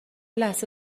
لحظه